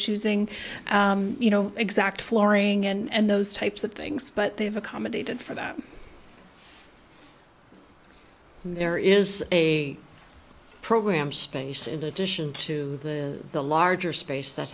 choosing you know exact flooring and those types of things but they have accommodated for that and there is a program space in addition to the the larger space that